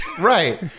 Right